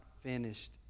finished